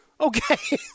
Okay